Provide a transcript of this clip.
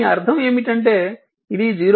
దీని అర్థం ఏమిటంటే ఇది 0